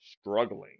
struggling